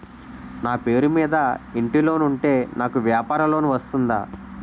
నా పేరు మీద ఇంటి లోన్ ఉంటే నాకు వ్యాపార లోన్ వస్తుందా?